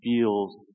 feels